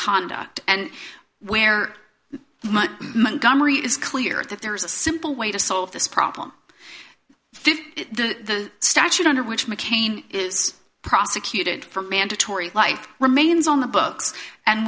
conduct and where it is clear that there's a simple way to solve this problem the statute under which mccain is prosecuted for mandatory life remains on the books and